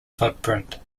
footprint